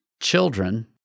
children